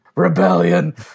Rebellion